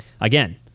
Again